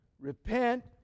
repent